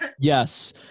Yes